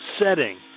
setting